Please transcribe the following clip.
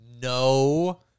No